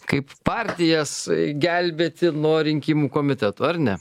kaip partijas gelbėti nuo rinkimų komitetų ar ne